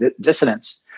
dissidents